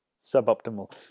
Suboptimal